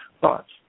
thoughts